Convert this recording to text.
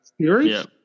series